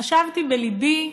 חשבתי בלבי,